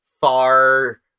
far